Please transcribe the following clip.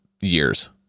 years